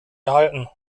erhalten